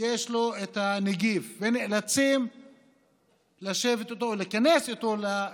יש את הנגיף, ונאלצים להיכנס איתו לבידוד.